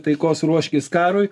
taikos ruoškis karui